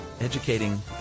educating